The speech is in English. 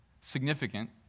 significant